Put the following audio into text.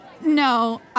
No